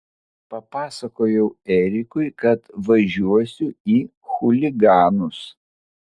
papasakojau erikui kad važiuosiu į chuliganus